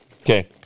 Okay